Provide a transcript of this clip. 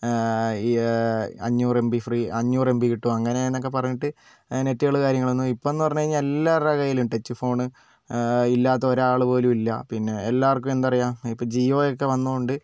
ഈ അഞ്ഞൂറ് M B free അഞ്ഞൂറ് എം ബി കിട്ടും അങ്ങനെ എന്നൊക്കെ പറഞ്ഞിട്ട് നെറ്റുകൾ കാര്യങ്ങൾ വന്നു ഇപ്പോഴെന്ന് പറഞ്ഞുകഴിഞ്ഞാൽ എല്ലാവരുടെ കയ്യിലും ടച്ച് ഫോൺ ഇല്ലാത്ത ഒരാളുപോലും ഇല്ല പിന്നെ എല്ലാവർക്കും എന്താണ് പറയുക ഇപ്പോൾ ജിയോ ഒക്കെ വന്നതുകൊണ്ട്